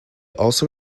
also